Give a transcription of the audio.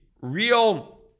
Real